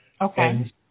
Okay